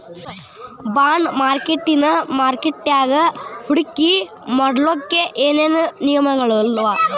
Bond ಮಾರ್ಕೆಟಿನ್ ಮಾರ್ಕಟ್ಯಾಗ ಹೂಡ್ಕಿ ಮಾಡ್ಲೊಕ್ಕೆ ಏನೇನ್ ನಿಯಮಗಳವ?